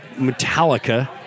Metallica